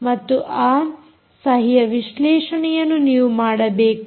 ಮತ್ತು ಆ ಸಹಿಯ ವಿಶ್ಲೇಷಣೆಯನ್ನು ನೀವು ಮಾಡಬೇಕು